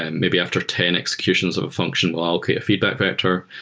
and maybe after ten executions of a function, we'll allocate a feedback vector.